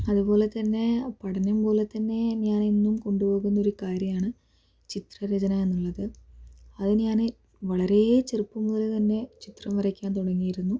അതുപോലെത്തന്നെ പഠനം പോലെത്തന്നെ ഞാൻ എന്നും കൊണ്ട് പോകുന്ന ഒരു കാര്യമാണ് ചിത്രരചന എന്നുള്ളത് അത് ഞാൻ വളരെ ചെറുപ്പം മുതൽ തന്നെ ചിത്രം വരയ്ക്കാൻ തുടങ്ങിയിരുന്നു